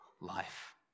life